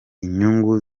inyungu